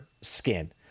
skin